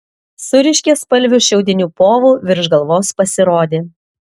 su ryškiaspalviu šiaudiniu povu virš galvos pasirodė